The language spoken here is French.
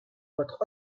votre